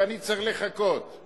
ואני צריך לחכות,